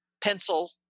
pencil